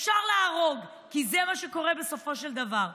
אפשר להרוג, כי זה מה שקורה בסופו של דבר.